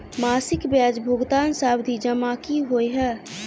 मासिक ब्याज भुगतान सावधि जमा की होइ है?